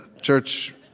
Church